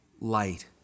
light